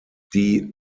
die